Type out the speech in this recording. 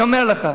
אני אומר לך,